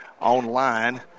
online